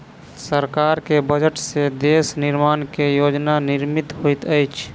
सरकार के बजट से देश निर्माण के योजना निर्मित होइत अछि